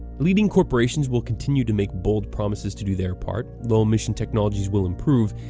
leading corporations will continue to make bold promises to do their part, low-emission technologies will improve,